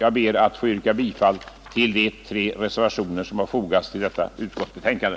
Jag ber att få yrka bifall till de tre reservationer som har fogats till detta utskottsbetänkande.